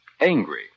angry